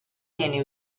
viene